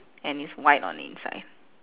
and it's white on the inside